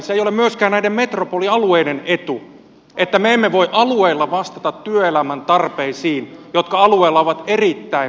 se ei ole myöskään näiden metropolialueiden etu että me emme voi alueella vastata työelämän tarpeisiin jotka alueella ovat erittäin merkittävät